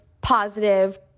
positive